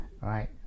Right